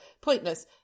Pointless